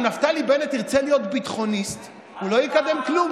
אם נפתלי בנט ירצה להיות ביטחוניסט הוא לא יקדם כלום,